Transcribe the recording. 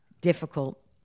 difficult